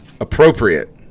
appropriate